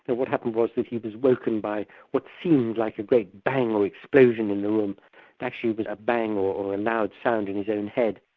and what happened was that he was woken by what like a great bang or explosion in the room. it actually was a bang or a loud sound in his own head,